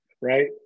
right